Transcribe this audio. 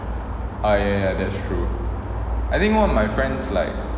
oh ya ya ya that's true I think one of my friends like